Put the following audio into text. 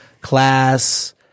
class